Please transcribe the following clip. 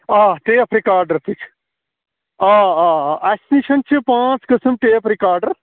آ tape recorder تہِ چھُ آ آ اَسہِ نِش چھِ پانٛژھ قٕسٕم ٹیپ رِکاڈَر